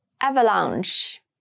Avalanche